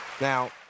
Now